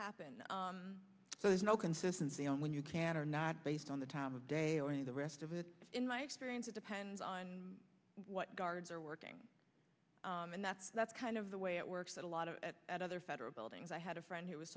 happen so there's no consistency on when you can or not based on the time of day or any of the rest of it in my experience it depends on what cards are working and that's that's kind of the way it works that a lot of other federal buildings i had a friend who was